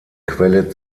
quelle